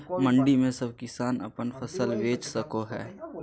मंडी में सब किसान अपन फसल बेच सको है?